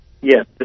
Yes